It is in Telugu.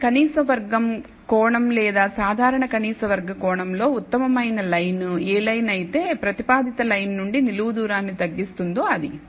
కాబట్టి కనీసం వర్గం కోణం లేదా సాధారణ కనీస వర్గ కోణంలో ఉత్తమమైన లైను ఏ లైన్ అయితే ప్రతిపాదిత లైన్ నుండి నిలువు దూరాన్ని తగ్గిస్తుంది అది